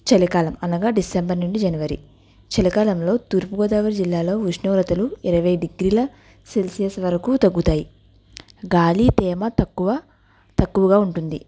చలికాలం అనగా డిసెంబర్ నుండి జనవరి చలికాలంలో తూర్పు గోదావరి జిల్లాలో ఉష్ణోగ్రతలు ఇరవై డిగ్రీల సెల్సియస్ వరకు తగ్గుతాయి గాలి తేమ తక్కువ తక్కువగా ఉంటుంది